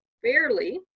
fairly